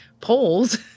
polls